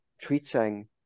treating